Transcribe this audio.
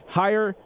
higher